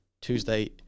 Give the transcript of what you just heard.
Tuesday